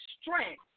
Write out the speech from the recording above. strength